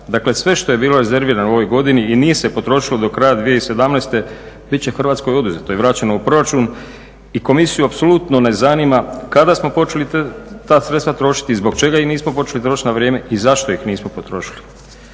Dakle, sve što je bilo rezervirano u ovoj godini i nije se potrošilo do kraja 2017. bit će Hrvatskoj oduzeto i vraćeno u proračun i komisiju apsolutno ne zanima kada smo počeli ta sredstva trošiti, i zbog čega ih nismo počeli trošiti na vrijeme i zašto ih nismo potrošili.